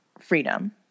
freedom